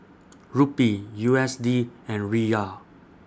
Rupee U S D and Riyal